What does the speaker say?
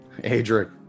Adric